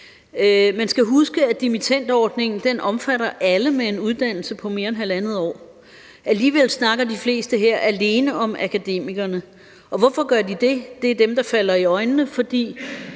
Man skal huske, at dimittendordningen omfatter alle med en uddannelse på mere end 1½ år. Alligevel snakker de fleste her alene om akademikerne. Og hvorfor gør de det? Det er, fordi det er dem, der falder i øjnene